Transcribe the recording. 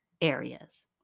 areas